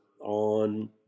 on